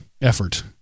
effort